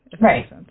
Right